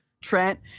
trent